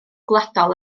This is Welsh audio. gwladol